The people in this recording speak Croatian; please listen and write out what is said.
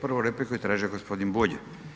Prvu repliku je tražio gospodin Bulj.